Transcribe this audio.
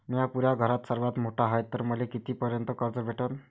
म्या पुऱ्या घरात सर्वांत मोठा हाय तर मले किती पर्यंत कर्ज भेटन?